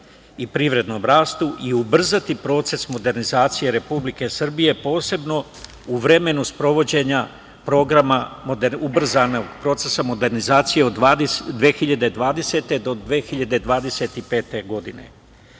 i privrednom rastu i ubrzati proces modernizacije Republike Srbije posebno u vremenu sprovođenja programa ubrzanog procesa modernizacije od 2020. do 2025.